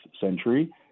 century